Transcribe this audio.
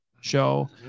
show